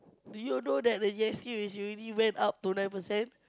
do you know that the G_S_T is already went up to nine percent